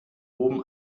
oben